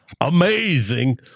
amazing